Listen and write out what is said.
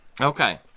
Okay